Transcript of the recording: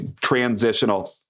transitional